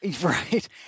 Right